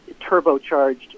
turbocharged